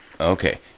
Okay